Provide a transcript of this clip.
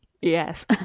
Yes